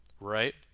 right